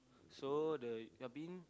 so the